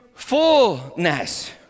fullness